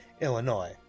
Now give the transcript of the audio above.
Illinois